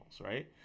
right